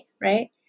right